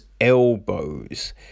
elbows